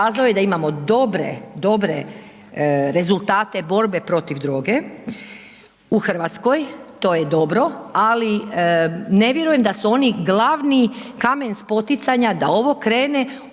pokazao je da imamo dobre, dobre rezultate protiv droge u Hrvatskoj, to je dobro, ali ne vjerujem da su oni glavni kamen spoticanja da ovo krene u